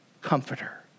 comforter